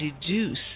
deduce